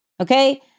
okay